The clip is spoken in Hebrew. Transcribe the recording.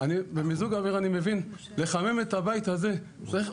בואו נשים את הנתונים בצד כל השאלות